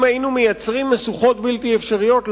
אם היינו מייצרים משוכות בלתי אפשריות,